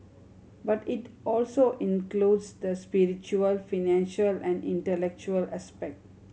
but it also includes the spiritual financial and intellectual aspect